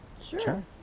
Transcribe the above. Sure